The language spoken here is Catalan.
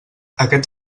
aquest